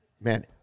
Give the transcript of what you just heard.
man